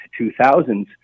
2000s